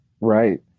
Right